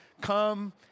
come